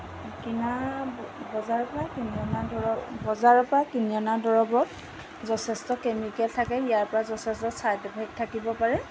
কিনা বজাৰৰপৰা কিনি অনা দৰৱ বজাৰৰপৰা কিনি অনা দৰৱত যথেষ্ট কেমিকেল থাকে ইয়াৰপৰা যথেষ্ট ছাইড এফেক্ট থাকিব পাৰে